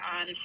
on